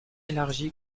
élargie